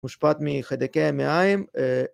‫מושפעת מחיידקי המעיים.